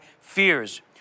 fears